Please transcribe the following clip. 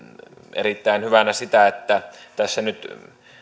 erittäin hyvänä sitä että tässä nyt